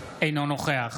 אינו נוכח